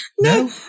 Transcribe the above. No